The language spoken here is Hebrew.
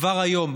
כבר היום,